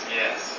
yes